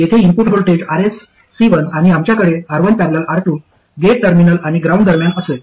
येथे input voltage Rs C1 आणि आमच्याकडे R1 ।। R 2 गेट टर्मिनल आणि ग्राउंड दरम्यान असेल